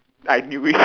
I knew it